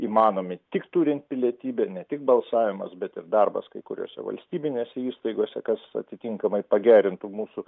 įmanomi tik turint pilietybę ne tik balsavimas bet ir darbas kai kuriose valstybinėse įstaigose kas atitinkamai pagerintų mūsų